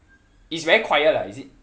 it's very quiet lah is it